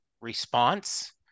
response